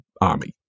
army